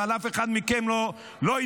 אבל אף אחד מכם לא ידבר,